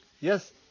yes